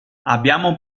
abbiamo